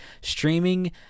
streaming